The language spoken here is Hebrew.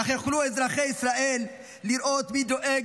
כך יוכלו אזרחי ישראל לראות מי דואג